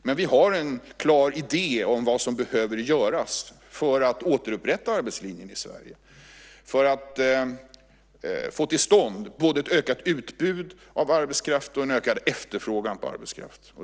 Men vi har en klar idé om vad som behöver göras för att återupprätta arbetslinjen i Sverige och för att få till stånd både ett ökat utbud av arbetskraft och en ökad efterfrågan på arbetskraft.